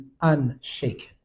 unshaken